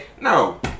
No